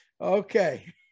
Okay